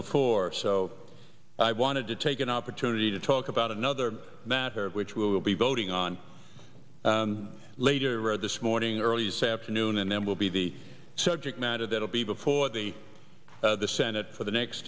before so i wanted to take an opportunity to talk about another matter which will be voting on later this morning early this afternoon and then will be the subject matter that will be before the senate for the next